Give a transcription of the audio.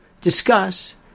discuss